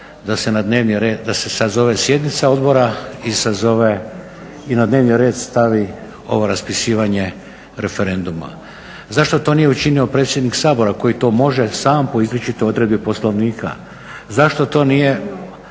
da se sazove sjednica odbora i sazove i na dnevni red stavi ovo raspisivanje referenduma. Zašto to nije učinio predsjednik Sabora koji to može sam po izričitoj odredbi Poslovnika? Zašto to nije